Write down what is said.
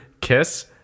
kiss